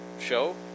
show